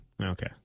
Okay